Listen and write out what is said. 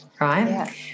Right